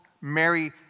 Mary